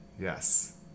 Yes